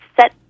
set